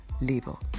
label